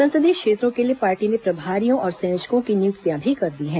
संसदीय क्षेत्रों के लिए पार्टी ने प्रभारियों और संयोजकों की नियुक्तियां भी कर दी हैं